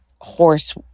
horse